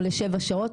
או לשבע שעות.